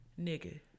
Nigga